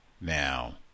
now